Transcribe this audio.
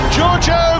Giorgio